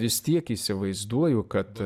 vistiek įsivaizduoju kad